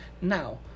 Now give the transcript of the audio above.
Now